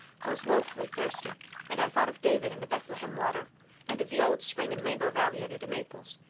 i was woefully thirsty and i thought of david and the bethlehem water and of the old spring in rainbow valley under the maples.